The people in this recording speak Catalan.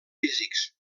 físics